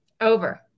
Over